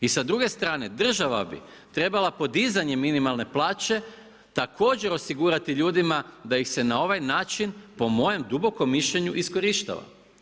I sa druge strane, država bi trebala podizanjem minimalne plaće, također osigurati ljudima, da ih se na ovaj način, po mojem dubokom mišljenju iskorištava.